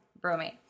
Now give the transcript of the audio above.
bromate